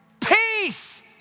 peace